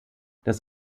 das